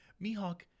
Mihawk